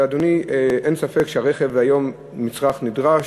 אדוני, אין ספק שרכב היום הוא מצרך נדרש,